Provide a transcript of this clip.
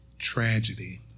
tragedy